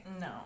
No